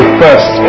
first